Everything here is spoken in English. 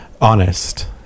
honest